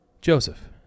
Joseph